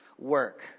work